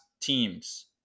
teams